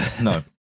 No